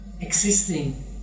existing